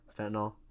Fentanyl